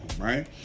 right